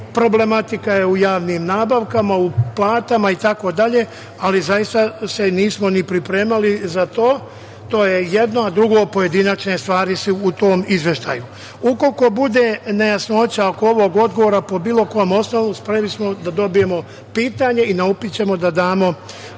Problematika je u javnim nabavkama, u platama, itd, ali zaista se nismo ni pripremali za to. To je jedno, a drugo pojedinačne stvari su u tom izveštaju. Ukoliko bude nejasnoća oko ovog odgovora po bilo kom osnovu spremni smo da dobijemo pitanje i na upit ćemo da damo